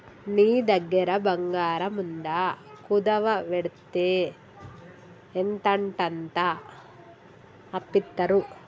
నీ దగ్గర బంగారముందా, కుదువవెడ్తే ఎంతంటంత అప్పిత్తరు